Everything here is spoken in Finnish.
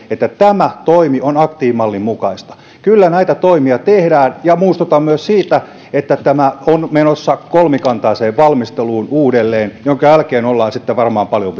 mikä toimi on aktiivimallin mukaista kyllä näitä toimia tehdään muistutan myös siitä että tämä on menossa kolmikantaiseen valmisteluun uudelleen minkä jälkeen ollaan sitten varmaan paljon